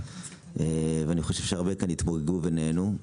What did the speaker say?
ואני חושב שהרבה כאן התמוגגו ונהנו,